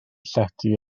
llety